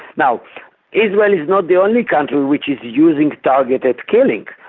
now israel is not the only country which is using targeted killings.